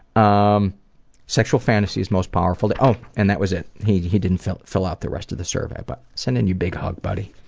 um sexual fantasies most powerful to oh, and that was it. he he didn't fill fill out the rest of the survey. but sending you a big hug buddy.